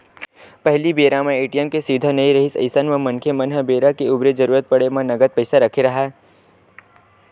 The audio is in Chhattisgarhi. पहिली बेरा म ए.टी.एम के सुबिधा नइ रिहिस अइसन म मनखे मन ह बेरा के उबेरा जरुरत पड़े म नगद पइसा रखे राहय